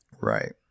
Right